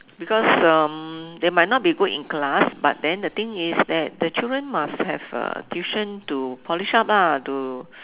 because um they might not be good in class but then the thing is that the children must have a tuition to polish up lah to